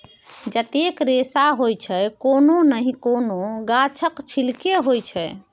जतेक रेशा होइ छै कोनो नहि कोनो गाछक छिल्के होइ छै